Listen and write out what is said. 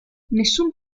nessun